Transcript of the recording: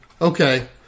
Okay